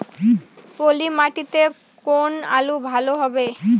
পলি মাটিতে কোন আলু ভালো হবে?